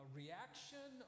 reaction